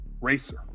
racer